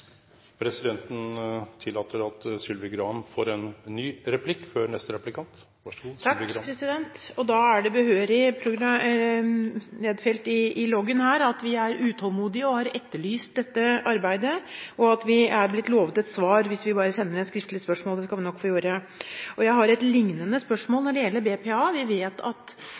Presidenten tillèt at representanten Sylvi Graham får ein ny replikk. Da er det behørig nedfelt i loggen at vi er utålmodige, at vi har etterlyst dette arbeidet, og at vi er blitt lovet et svar hvis vi bare sender et skriftlig spørsmål. Det skal vi nok gjøre. Jeg har et lignende spørsmål når det gjelder BPA. Vi vet at